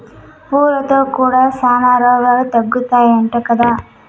పూలతో కూడా శానా రోగాలు తగ్గుతాయట కదా